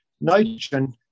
nitrogen